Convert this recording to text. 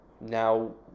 Now